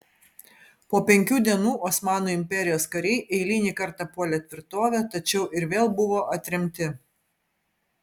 po penkių dienų osmanų imperijos kariai eilinį kartą puolė tvirtovę tačiau ir vėl buvo atremti